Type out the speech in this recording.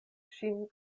ŝin